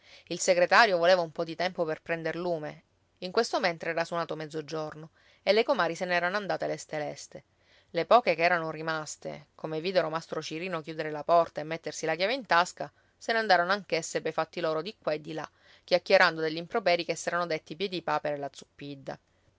il segretario voleva un po di tempo per prender lume in questo mentre era suonato mezzogiorno e le comari se n'erano andate leste leste le poche che erano rimaste come videro mastro cirino chiudere la porta e mettersi la chiave in tasca se ne andarono anch'esse pei fatti loro di qua e di là chiacchierando degli improperii che s'erano detti piedipapera e la